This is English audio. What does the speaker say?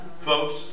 Folks